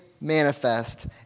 manifest